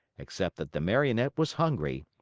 except that the marionette was hungry,